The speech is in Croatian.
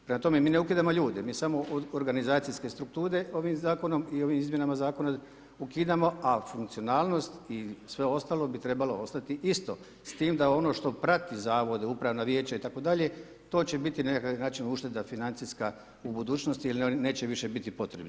Prema tome, mi ne ukidamo ljude, mi samo organizacijske strukture ovim Zakonom i ovim izmjenama Zakona ukidamo, a funkcionalnost i sve ostalo bi trebalo ostati isto, s tim da ono što prati zavode, Upravna vijeća itd., to će biti na neki način ušteda financijska u budućnosti jer oni neće više biti potrebni.